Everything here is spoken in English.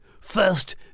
First